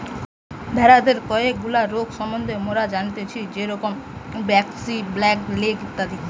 ভেড়াদের কয়েকগুলা রোগ সম্বন্ধে মোরা জানতেচ্ছি যেরম ব্র্যাক্সি, ব্ল্যাক লেগ ইত্যাদি